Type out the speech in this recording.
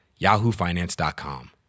yahoofinance.com